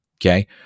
Okay